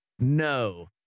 no